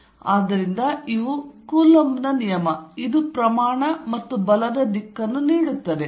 ಆದ್ದರಿಂದ ಇವು ಕೂಲಂಬ್ ನ ನಿಯಮ ಇದು ಪ್ರಮಾಣ ಮತ್ತು ಬಲದ ದಿಕ್ಕನ್ನು ನೀಡುತ್ತದೆ